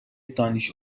دانش